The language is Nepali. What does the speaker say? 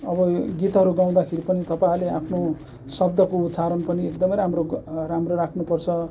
अब गितहरू गाँउदाखेरि पनि तपाईँहरूले आफ्नो शब्दको उच्चारण पनि एकदमै राम्रो एकदम राम्रो राख्नुपर्छ